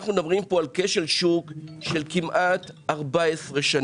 אנחנו מדברים פה על כשל שוק של כמעט 14 שנים.